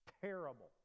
Terrible